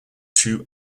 two